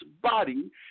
body